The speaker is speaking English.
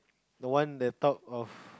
the one that top of